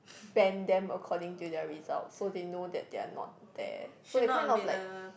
band them according to their results so they know that they're not there so they kind of like